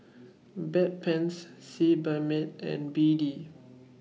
Bedpans Sebamed and B D